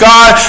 God